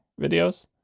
videos